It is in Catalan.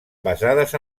basades